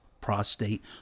prostate